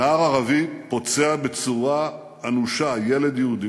נער ערבי פוצע בצורה אנושה ילד יהודי,